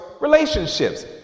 relationships